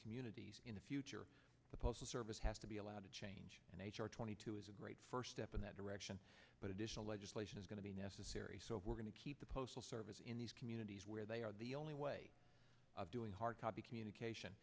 communities in the future the postal service has to be allowed to change and h r twenty two is a great first step in that direction but additional legislation is going to be necessary so if we're going to keep the postal service in these communities where they are the only way of doing hardcopy communication